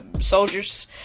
soldiers